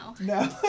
No